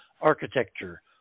architecture